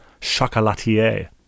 chocolatier